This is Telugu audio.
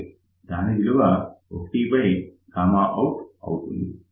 దీని విలువ 1out అవుతుంది